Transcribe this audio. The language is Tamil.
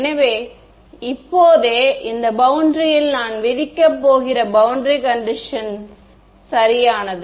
எனவே இப்போதே இந்த பௌண்டரியில் நான் விதிக்கப் போகிற பௌண்டரி கண்டிஷன்ஸ் சரியானது